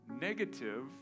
negative